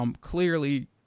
clearly